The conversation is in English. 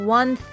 one